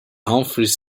humphries